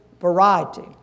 variety